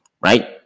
right